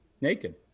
naked